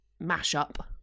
mash-up